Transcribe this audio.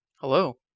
Hello